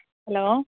hello